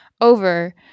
over